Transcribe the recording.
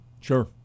Sure